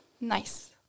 Nice